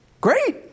Great